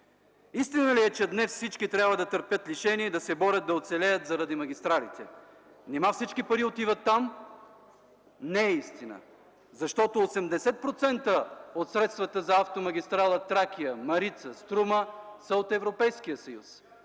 Истина ли е, че днес всички трябва да търпят лишения и да се борят да оцелеят заради магистралите? Нима всички пари отиват там? Не е истина, защото 80% от средствата за автомагистралите „Тракия”, „Марица”, „Струма” са от Европейския съюз,